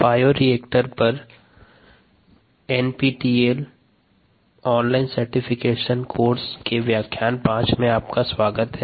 bioreactors पर NPTEL online certification course के व्याख्यान संख्या 5 में स्वागत है